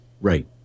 Right